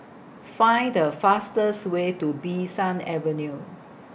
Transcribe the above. Find The fastest Way to Bee San Avenue